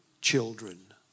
children